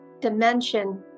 dimension